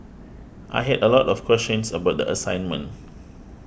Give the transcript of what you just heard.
I had a lot of questions about the assignment